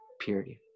purity